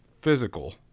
physical